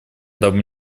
дабы